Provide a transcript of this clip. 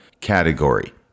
category